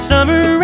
Summer